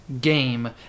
game